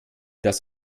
das